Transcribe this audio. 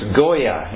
goya